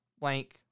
blank